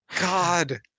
God